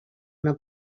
una